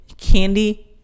Candy